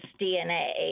DNA